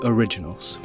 Originals